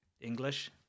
English